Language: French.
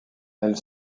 elle